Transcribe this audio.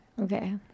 Okay